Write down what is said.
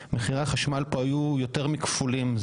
מחירי החשמל פה היו יותר מכפולים.